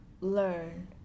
learn